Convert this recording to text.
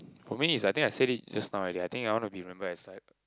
for me is I think I say it just now already I think I want to be remembered as like